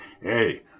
hey